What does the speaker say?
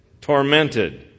tormented